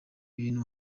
bintu